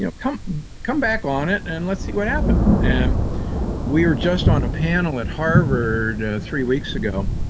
you know come come back on it, and let's see what happens. and we were just on a panel at harvard three weeks ago,